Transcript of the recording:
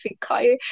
Fikai